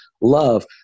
love